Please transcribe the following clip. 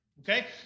Okay